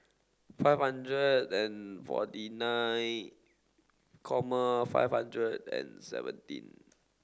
five hundred and forty nine five hundred and seventeen